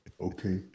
Okay